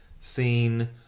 seen